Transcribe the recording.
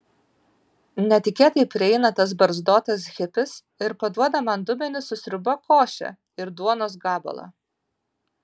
netikėtai prieina tas barzdotas hipis ir paduoda man dubenį su sriuba koše ir duonos gabalą